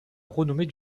renommée